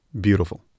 Beautiful